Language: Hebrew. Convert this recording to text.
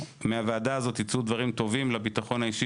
מהוועדה הזאת יצאו דברים טובים לביטחון האישי